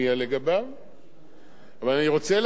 אבל אני רוצה להזכיר לכם מה תכלית החוק הזה.